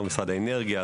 משרד האנרגיה,